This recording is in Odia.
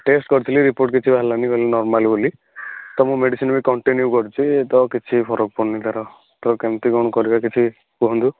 ଟେଷ୍ଟ୍ କରିଥିଲି ରିପୋର୍ଟ୍ କିଛି ବାହାରିଲାନି କହିଲେ ନର୍ମାଲ୍ ବୋଲି ତ ମୁଁ ମେଡ଼ିସିନ୍ ବି କଣ୍ଟିନ୍ୟୁ କରୁଛି ତ କିଛି ଫରକ୍ ପଡ଼ୁନି ତା'ର ତ କେମିତି କ'ଣ କରିବା କିଛି କୁହନ୍ତୁ